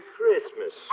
Christmas